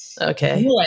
Okay